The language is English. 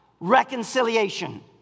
reconciliation